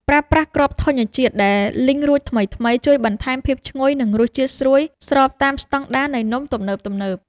ប្រើប្រាស់គ្រាប់ធញ្ញជាតិដែលលីងរួចថ្មីៗជួយបន្ថែមភាពឈ្ងុយ និងរសជាតិស្រួយស្របតាមស្តង់ដារនៃនំទំនើបៗ។